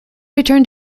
returned